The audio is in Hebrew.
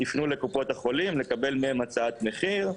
יפנו לקופות החולים לקבל מהם הצעת מחיר.